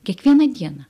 kiekvieną dieną